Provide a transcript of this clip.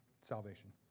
Salvation